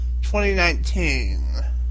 2019